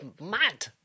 mad